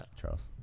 Charles